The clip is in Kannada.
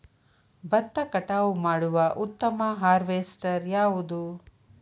ಭತ್ತ ಕಟಾವು ಮಾಡುವ ಉತ್ತಮ ಹಾರ್ವೇಸ್ಟರ್ ಯಾವುದು?